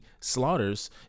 slaughters